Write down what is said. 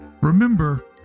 Remember